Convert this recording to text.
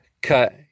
cut